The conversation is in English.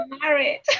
married